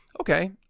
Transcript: okay